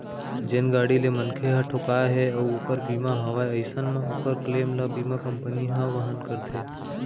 जेन गाड़ी ले मनखे ह ठोंकाय हे अउ ओकर बीमा हवय अइसन म ओकर क्लेम ल बीमा कंपनी ह वहन करथे